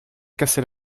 casser